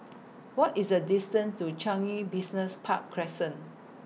What IS The distance to Business Park Crescent